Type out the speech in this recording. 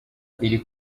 iri